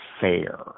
fair